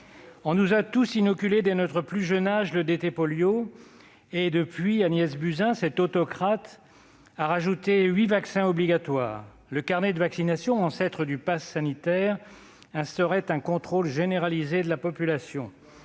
On nous a tous inoculé dès notre plus jeune âge le DT Polio. Depuis, Agnès Buzyn, cette autocrate, a imposé huit vaccins obligatoires. Le carnet de vaccination, ancêtre du passe sanitaire, instaurait un contrôle généralisé de la population.